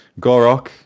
Gorok